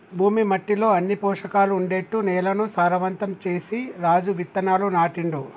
భూమి మట్టిలో అన్ని పోషకాలు ఉండేట్టు నేలను సారవంతం చేసి రాజు విత్తనాలు నాటిండు